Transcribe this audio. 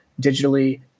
digitally